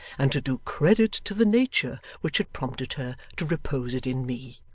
and to do credit to the nature which had prompted her to repose it in me.